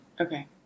Okay